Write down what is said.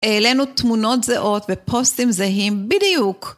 העלינו תמונות זהות ופוסטים זהים בדיוק.